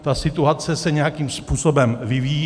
Ta situace se nějakým způsobem vyvíjí.